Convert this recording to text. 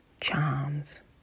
charms